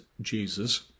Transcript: Jesus